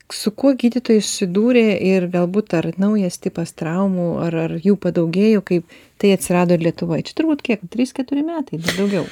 su kuo gydytojai susidūrė ir galbūt ar naujas tipas traumų ar ar jų padaugėjo kaip tai atsirado ir lietuvoj turbūt kiek trys keturi metai ne daugiau